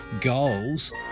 goals